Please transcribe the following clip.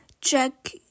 Jack